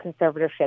conservatorship